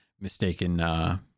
mistaken